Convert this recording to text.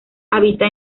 habita